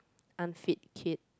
unfit kid